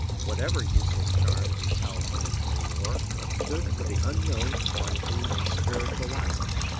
whatever useless charms and talismans they wore, stood for the unknown quantity in spiritual life.